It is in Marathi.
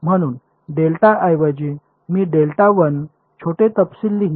म्हणून डेल्टा ऐवजी मी डेल्टा 1 छोटे तपशील लिहीन